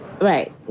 Right